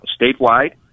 statewide